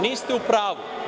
Niste u pravu.